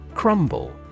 Crumble